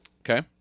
Okay